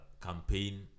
campaign